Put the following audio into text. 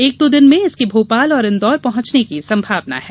एक दो दिन में इसके भोपाल और इन्दौर पहॅचने की संभावना है